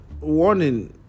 warning